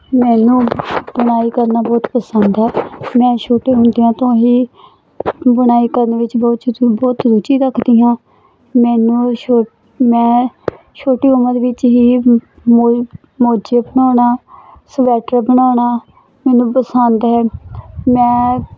ਮੈਨੂੰ ਬੁਣਾਈ ਕਰਨਾ ਬਹੁਤ ਪਸੰਦ ਹੈ ਮੈਂ ਛੋਟੇ ਹੁੰਦਿਆਂ ਤੋਂ ਹੀ ਬੁਣਾਈ ਕਰਨ ਵਿੱਚ ਬਹੁਤ ਚੁਚੀ ਬਹੁਤ ਰੁਚੀ ਰੱਖਦੀ ਹਾਂ ਮੈਨੂੰ ਛੋ ਮੈਂ ਛੋਟੀ ਉਮਰ ਵਿੱਚ ਹੀ ਮੋ ਮੋਜ਼ੇ ਬਣਾਉਣਾ ਸਵੈਟਰ ਬਣਾਉਣਾ ਮੈਨੂੰ ਪਸੰਦ ਹੈ ਮੈਂ